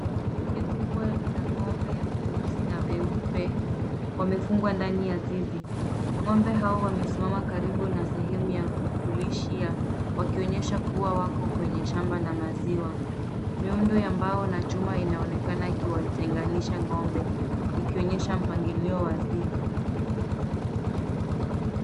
Kundi kubwa la ng'ombe weusi na weupe wamefungwa ndani ya zizi. Ng'ombe hawa wamesimama karibu na sehemu ya kulishia wakionyeshwa kuwa wako kwenye shamba la maziwa. Miundo ya mbao na chuma inaonekana ikiwatenganisha ng'ombe, ikionyesha mpangilio wa zizi.